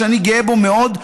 שאני גאה בו מאוד,